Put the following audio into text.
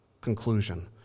conclusion